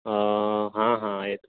ہاں ہاں ہاں